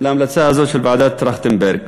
להמלצה הזאת של ועדת טרכטנברג,